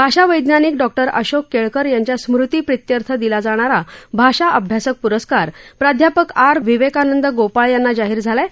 भाषावैज्ञानिक doctor Ashok Kelkar यांच्या स्मृतीप्रितीर्थ दिला जाणारा भाषा अभ्यासक प्रस्कार प्राध्यापक आर विवेकानंद गोपाळ यांना जाहीर झाला आहे